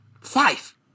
five